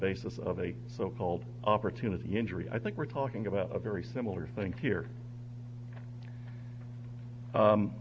basis of a so called opportunity injury i think we're talking about a very similar thing here